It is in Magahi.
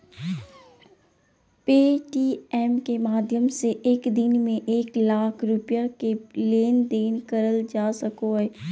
पे.टी.एम के माध्यम से एक दिन में एक लाख रुपया के लेन देन करल जा सको हय